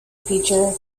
feature